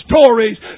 stories